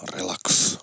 RELAX